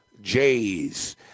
Jays